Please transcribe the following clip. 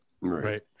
Right